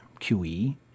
QE